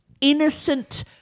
innocent